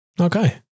Okay